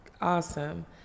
awesome